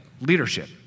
leadership